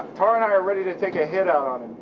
tara and i are ready to take a hit out on